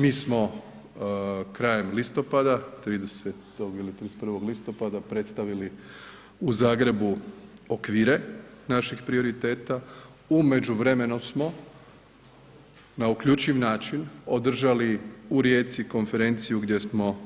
Mi smo krajem listopada, 30. ili 31. listopada predstavili u Zagrebu okvire naših prioriteta, u međuvremenu smo na uključiv način održali u Rijeci konferenciju gdje smo